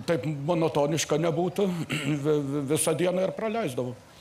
taip monotoniška nebūtų vi visą dieną ir praleisdavau